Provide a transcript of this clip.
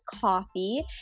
coffee